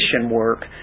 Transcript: work